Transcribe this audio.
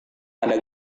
pada